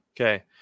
okay